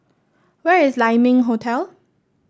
where is Lai Ming Hotel